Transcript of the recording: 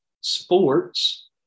sports